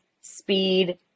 speed